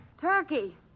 Turkey